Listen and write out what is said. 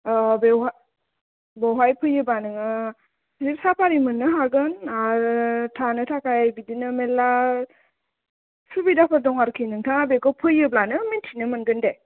औ बेवहाय बहाय फैयोबा नोङो बिदिनो साहा पानि मोननो हागोन आरो थानो थाखाय बिदिनो मेरला सुबिदाफोर दं आरखि नोंथाङा बेखौ फैयोब्लानो मिन्थिनो मोनगोन दे